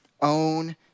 own